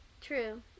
True